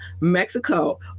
Mexico